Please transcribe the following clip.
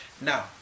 Now